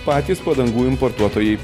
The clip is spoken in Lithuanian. patys padangų importuotojai